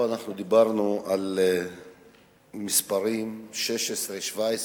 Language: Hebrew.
אנחנו דיברנו פה על מספרים, 16, 17,